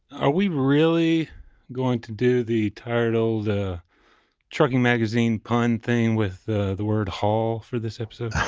are we really going to do the title, the trucking magazine pun thing with the the word haul for this episode?